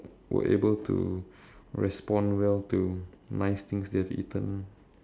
were able to respond well to nice things they have eaten